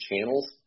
channels